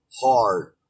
hard